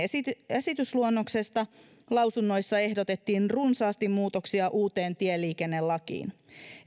esitysluonnoksesta lausunnoissa ehdotettiin runsaasti muutoksia uuteen tieliikennelakiin